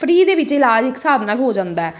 free ਦੇ ਵਿੱਚ ਇਲਾਜ ਇੱਕ ਹਿਸਾਬ ਨਾਲ ਹੋ ਜਾਂਦਾ